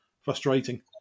frustrating